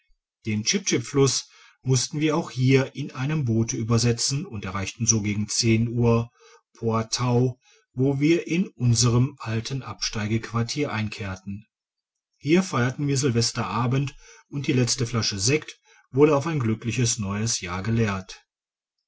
den chip chip fluss mussten wir auch hier in einem boote übersetzen und erreichten so gegen zehn uhr poatau wo wir in unserem alten absteigequartier einkehrten hier feierten wir sylvester abend und die letzte flasche sekt wurde auf ein glückliches neues jahr geleert